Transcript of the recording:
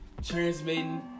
transmitting